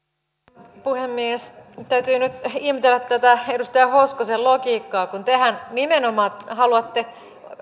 arvoisa rouva puhemies täytyy nyt ihmetellä tätä edustaja hoskosen logiikkaa kun tehän nimenomaan haluatte